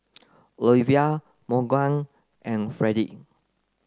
Oliva Morgan and Fredrick